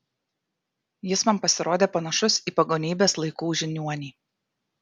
jis man pasirodė panašus į pagonybės laikų žiniuonį